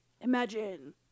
Imagine